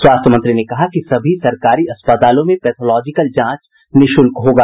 स्वास्थ्य मंत्री ने कहा कि सभी सरकारी अस्पतालों में पैथोलॉजिकल जांच निःशुल्क होगा